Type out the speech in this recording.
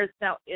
now